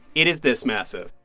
it is this massive